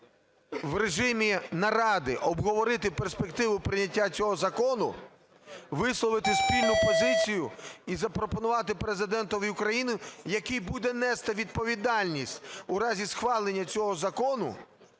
в режимі наради обговорити перспективу прийняття цього закону, висловити спільну позицію і запропонувати Президентові України, який буде нести відповідальність у разі схвалення цього закону,